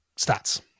stats